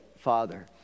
father